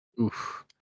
Oof